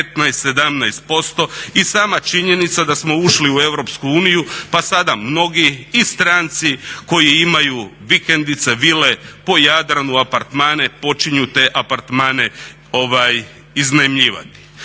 15, 17%. I sama činjenica da smo ušli u EU, pa sada mnogi i stranci koji imaju vikendice, vile po Jadranu, apartmane počinju te apartmane iznajmljivati.